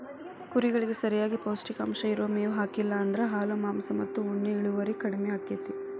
ಕುರಿಗಳಿಗೆ ಸರಿಯಾಗಿ ಪೌಷ್ಟಿಕಾಂಶ ಇರೋ ಮೇವ್ ಹಾಕ್ಲಿಲ್ಲ ಅಂದ್ರ ಹಾಲು ಮಾಂಸ ಮತ್ತ ಉಣ್ಣೆ ಇಳುವರಿ ಕಡಿಮಿ ಆಕ್ಕೆತಿ